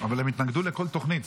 --- אבל הם התנגדו לכל תוכנית,